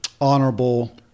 honorable